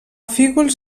fígols